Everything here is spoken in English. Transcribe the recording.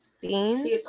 Beans